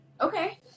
Okay